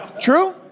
True